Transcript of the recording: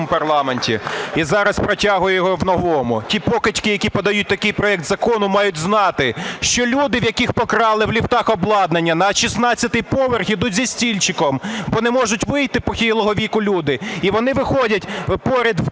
парламенті і зараз протягує його в новому. Ті покидьки, які подають такий проект закону, мають знати, що люди, у яких покрали в ліфтах обладнання, на 16 поверх ідуть із стільчиком, бо не можуть вийти, похилого віку люди, і вони виходять поряд